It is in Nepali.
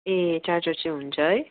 ए चार्जर चाहिँ हुन्छ है